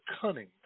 cunning